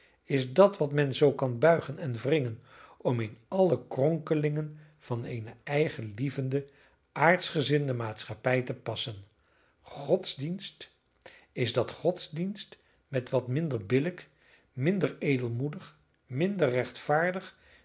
is dat wat men zoo kan buigen en wringen om in al de kronkelingen van eene eigenlievende aardschgezinde maatschappij te passen godsdienst is dat godsdienst wat minder billijk minder edelmoedig minder rechtvaardig